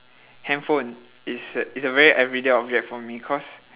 handphone it's a it's a very everyday object for me cause